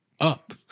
up